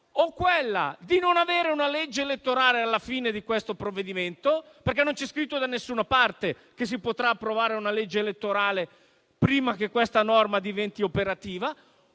quella di non avere una legge elettorale alla fine di questo provvedimento, perché non c'è scritto da nessuna parte che si potrà approvare una legge elettorale prima che questa norma diventi operativa,